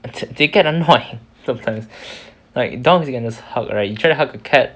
they get annoying sometimes like dogs you can just hug right you try to hug a cat